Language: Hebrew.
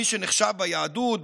מי שנחשב ביהדות,